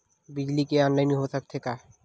बिजली के ऑनलाइन हो सकथे का?